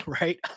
right